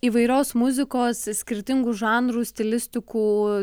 įvairios muzikos skirtingų žanrų stilistikų